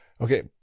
Okay